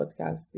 podcast